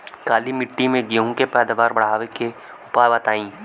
काली मिट्टी में गेहूँ के पैदावार बढ़ावे के उपाय बताई?